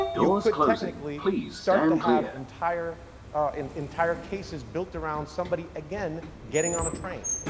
you could technically start to have entire and entire cases built around somebody again getting on a train.